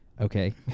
okay